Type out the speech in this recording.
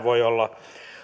voi olla